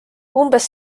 umbes